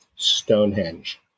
Stonehenge